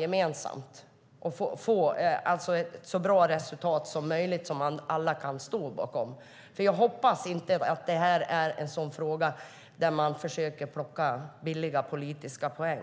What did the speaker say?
gemensamt och få ett så bra resultat som möjligt som alla kan stå bakom? Jag hoppas att det här inte är en fråga där man försöker plocka billiga politiska poäng.